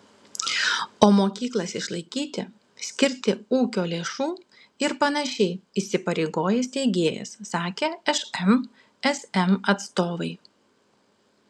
o mokyklas išlaikyti skirti ūkio lėšų ir panašiai įsipareigoja steigėjas sakė šmsm atstovai